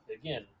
again